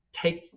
take